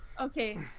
okay